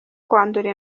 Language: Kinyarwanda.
kwandura